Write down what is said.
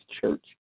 Church